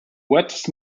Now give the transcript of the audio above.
wettest